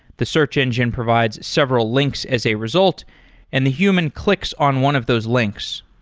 the search engines provides several links as a result and the human clicks on one of those links.